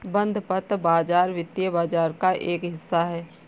बंधपत्र बाज़ार वित्तीय बाज़ार का एक हिस्सा है